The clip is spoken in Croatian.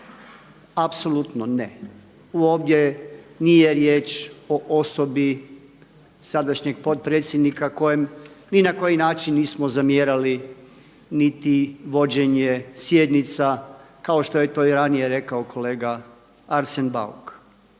apsolutno ne. Ovdje nije riječ o osobi sadašnjeg potpredsjednika kojem ni na koji način nismo zamjerali niti vođenje sjednica kao što je to i ranije rekao kolega Arsen Bauk.